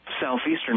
southeastern